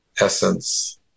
essence